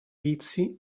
vizi